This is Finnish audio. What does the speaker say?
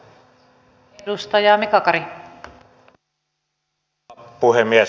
arvoisa rouva puhemies